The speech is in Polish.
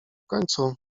końcu